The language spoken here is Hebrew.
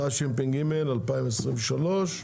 תשפ"ג-2023,